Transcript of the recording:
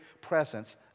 presence